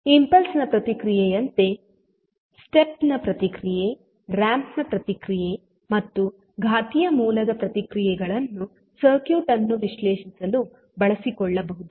impulse ನ ಪ್ರತಿಕ್ರಿಯೆಯಂತೆ step ನ ಪ್ರತಿಕ್ರಿಯೆ ರಾಂಪ್ ನ ಪ್ರತಿಕ್ರಿಯೆ ಮತ್ತು ಘಾತೀಯ ಮೂಲದ ಪ್ರತಿಕ್ರಿಯೆಗಳನ್ನು ಸರ್ಕ್ಯೂಟ್ ಅನ್ನು ವಿಶ್ಲೇಷಿಸಲು ಬಳಸಿಕೊಳ್ಳಬಹುದು